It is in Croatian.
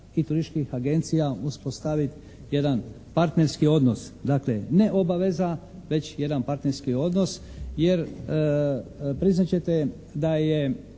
i turističkih agencija uspostaviti jedan partnerski odnos, dakle ne obaveza već jedan partnerski odnos jer priznat ćete da je,